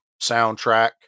soundtrack